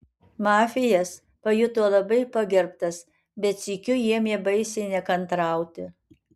mafijas pasijuto labai pagerbtas bet sykiu ėmė baisiai nekantrauti